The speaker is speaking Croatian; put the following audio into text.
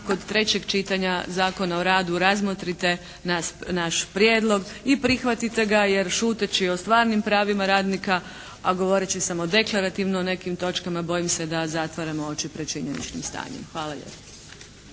kod trećeg čitanja Zakona o radu razmotrite naš prijedlog i prihvatite ga, jer šuteći o stvarnim pravima radnika a govoreći samo deklarativno o nekim točkama bojim se da zatvaramo oči pred činjeničnim stanjem. Hvala lijepo.